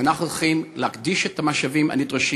ואנחנו צריכים להקדיש את המשאבים הנדרשים